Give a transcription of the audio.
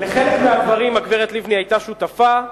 לחלק מהדברים הגברת לבני היתה שותפה,